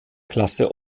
klasse